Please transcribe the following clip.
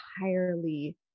entirely